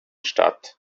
statt